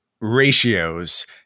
ratios